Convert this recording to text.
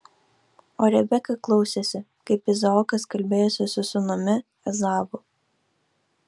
o rebeka klausėsi kai izaokas kalbėjosi su sūnumi ezavu